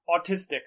autistic